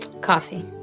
Coffee